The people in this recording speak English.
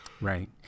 Right